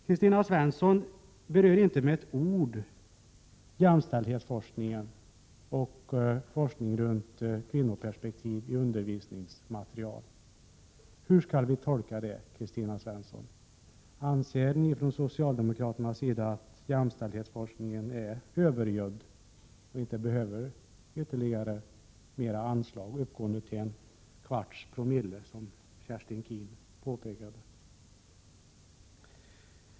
Kristina Svensson berör inte med ett ord jämställdhetsforskningen och forskningen om kvinnoperspektiv i undervisningsmaterial. Hur skall jag tolka det, Kristina Svensson? Anser socialdemokraterna att jämställdhetsforskningen är övergödd och inte behöver ytterligare anslag, uppgående till en kvarts promille, som Kerstin Keen påpekade?